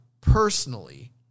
Personally